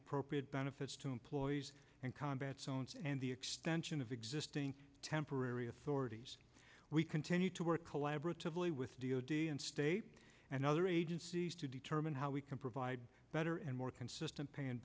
appropriate benefits to employees and combat zones and the extension of existing temporary authorities we continue to work collaboratively with d o d and state and other agencies to determine how we can provide better and more consistent pay